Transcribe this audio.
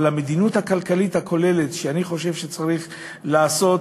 אבל המדיניות הכלכלית הכוללת שאני חושב שצריך לעשות